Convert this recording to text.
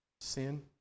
Sin